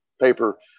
paper